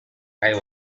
eye